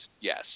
yes